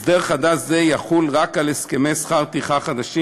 הסדר חדש זה יחול רק על הסכמי שכר טרחה חדשים